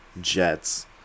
jets